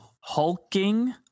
hulking